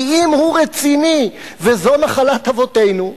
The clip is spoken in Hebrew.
כי אם הוא רציני וזו נחלת אבותינו,